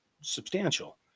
substantial